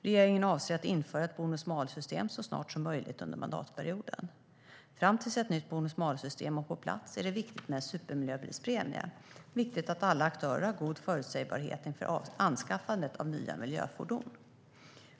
Regeringen avser att införa ett bonus-malus-system så snart som möjligt under mandatperioden. Fram tills ett nytt bonus-malus-system är på plats är det viktigt med en supermiljöbilspremie. Det är viktigt att alla aktörer har god förutsägbarhet inför anskaffandet av nya miljöfordon.